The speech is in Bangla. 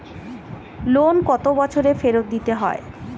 লোন কত বছরে ফেরত দিতে হয়?